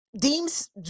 deems